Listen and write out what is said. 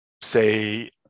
say